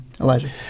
Elijah